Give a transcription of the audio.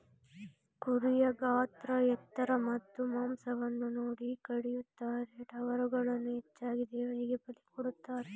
ಕುರಿಯ ಗಾತ್ರ ಎತ್ತರ ಮತ್ತು ಮಾಂಸವನ್ನು ನೋಡಿ ಕಡಿಯುತ್ತಾರೆ, ಟಗರುಗಳನ್ನು ಹೆಚ್ಚಾಗಿ ದೇವರಿಗೆ ಬಲಿ ಕೊಡುತ್ತಾರೆ